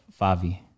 Favi